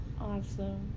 awesome